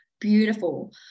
beautiful